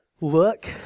look